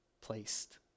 placed